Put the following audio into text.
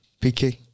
PK